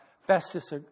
Festus